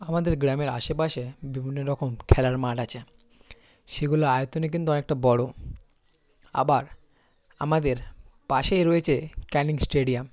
আমাদের গ্রামের আশেপাশে বিভিন্ন রকম খেলার মাঠ আছে সেগুলো আয়তনে কিন্তু অনেকটা বড়ো আবার আমাদের পাশেই রয়েছে ক্যানিং স্টেডিয়াম